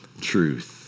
truth